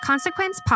Consequence